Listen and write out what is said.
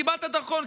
קיבלת דרכון,